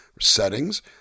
Settings